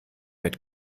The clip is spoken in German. mit